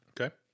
Okay